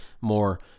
more